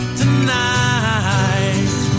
tonight